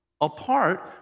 apart